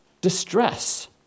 distress